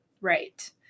Right